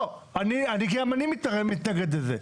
גם אני מתנגד לזה.